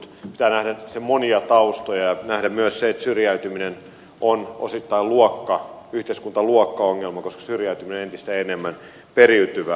pitää nähdä sen monia taustoja nähdä myös se että syrjäytyminen on osittain yhteiskuntaluokkaongelma koska syrjäytyminen on entistä enemmän periytyvää